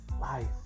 Life